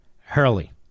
Hurley